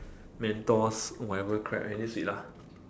mentos whatever crap any sweet lah